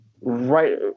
right